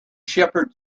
shepherd